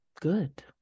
good